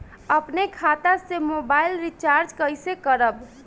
अपने खाता से मोबाइल रिचार्ज कैसे करब?